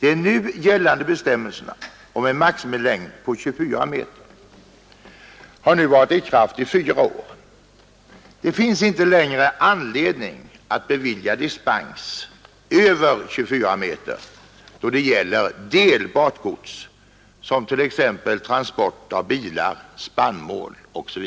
De gällande bestämmelserna om en maximilängd på 24 meter har varit i kraft i fyra år. Det finns inte längre anledning att bevilja dispens över 24 meter då det gäller delbart gods, t.ex. vid transport av bilar, spannmål etc.